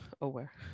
aware